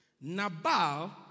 Nabal